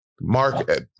Mark